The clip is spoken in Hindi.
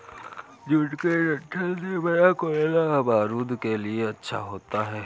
जूट के डंठल से बना कोयला बारूद के लिए अच्छा होता है